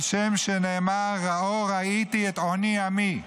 על שם שנאמר "ראה ראיתי את עני עמי".